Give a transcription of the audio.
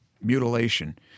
mutilation